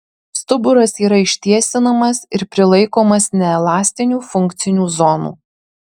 stuburas yra ištiesinamas ir prilaikomas neelastinių funkcinių zonų